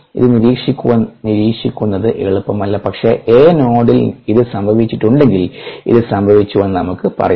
ഇത് നിരീക്ഷിക്കുന്നത് എളുപ്പമല്ല പക്ഷേ A നോഡിൽ ഇത് സംഭവിച്ചിട്ടുണ്ടെങ്കിൽ ഇത് സംഭവിച്ചുവെന്ന് നമുക്ക് പറയാം